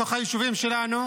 בתוך היישובים שלנו,